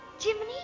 Jiminy